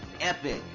Epic